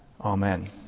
Amen